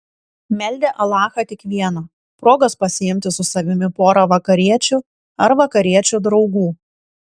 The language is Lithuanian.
meldė alachą tik vieno progos pasiimti su savimi porą vakariečių ar vakariečių draugų